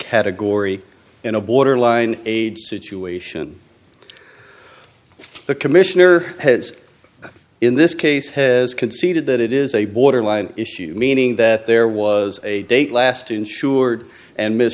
category in a borderline age situation the commissioner has in this case has conceded that it is a borderline issue meaning that there was a date last insured and miss